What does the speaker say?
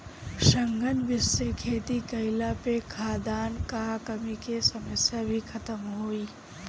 सघन विधि से खेती कईला पे खाद्यान कअ कमी के समस्या भी खतम होई